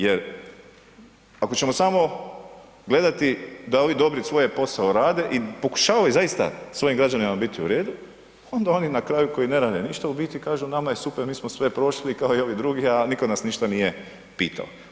Jer, ako ćemo samo gledati da li dobri svoj posao rade i pokušavaju zaista svojim građanima biti u redu, onda oni na kraju koji ne rade ništa u biti kažu, nama je super, mi smo sve prošli, kao i ovi drugi, a nitko nas ništa nije pitao.